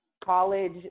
college